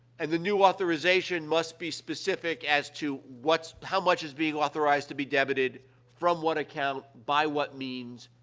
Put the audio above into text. and the new authorization must be specific as to what's how much is being authorized to be debited from what account, by what means,